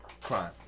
crime